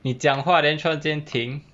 你讲话 then 突然间停